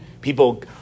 people